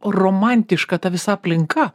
romantiška ta visa aplinka